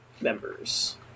members